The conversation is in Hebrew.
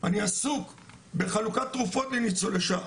אני עסוק בחלוקת תרופות לניצולי שואה.